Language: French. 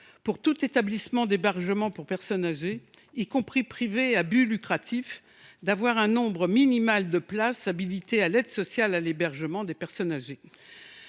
pour tout établissement d’hébergement pour personnes âgées, y compris privé à but lucratif, d’avoir un nombre minimal de places habilitées à l’ASH des personnes âgées.